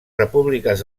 repúbliques